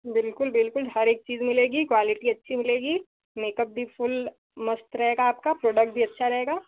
बिल्कुल बिल्कुल हर एक चीज मिलेगी क्वालिटी अच्छी मिलेगी मेकअप भी फुल मस्त रहेगा आपका प्रोडक्ट भी अच्छा रहेगा